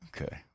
okay